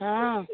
हँ